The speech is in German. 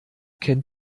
kennt